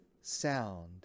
sound